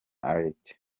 minaert